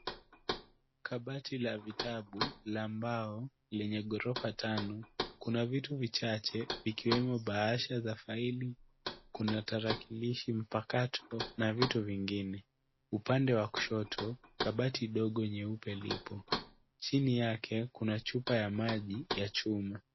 Kabati la vitabu la mbao lenye ghorofa tano. Kuna vitu vichache vikiwemo bahasha za faili, kuna tarakilishi mpakato na vitu vingine. Upande wa kushoto kabati ndogo nyeupe lipo. Chini yake kuna chupa ya maji ya chuma.